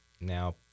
now